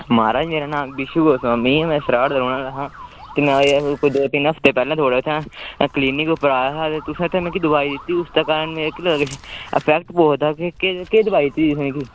महाराज मेरा नांऽ बीशू गोस्वामी ऐ में सराड़ दा रौह्ने आह्ला हां में कोई दो तिन हफ्ते पैह्लें इत्थै थुआढ़े क्लीनिक उप्पर आया हा ते तुसें इत्थै मिगी इत्थै दोआई दित्ती उसदे कारण मिकी लगदा किश इफेक्ट पोआ दा केह् केह् दवाई दित्ती तुसें मिकी